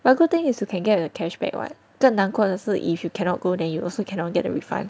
well good thing is you can get a cashback [what] 更难过的是 if you cannot go then you also cannot get a refund